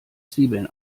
zwiebeln